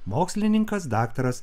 mokslininkas daktaras